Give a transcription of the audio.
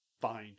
fine